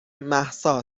مهسا